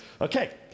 Okay